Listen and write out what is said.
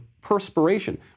perspiration